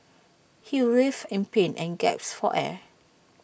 he writhed in pain and gasped for air